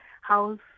house